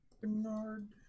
Bernard